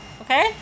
Okay